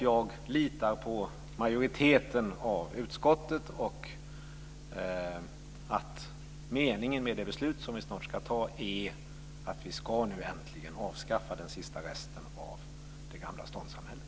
Jag litar på majoriteten av utskottet, att meningen med det beslut vi snart ska fatta är att vi äntligen ska avskaffa den sista resten av det gamla ståndssamhället.